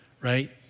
right